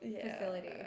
facility